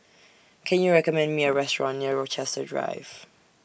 Can YOU recommend Me A Restaurant near Rochester Drive